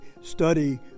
study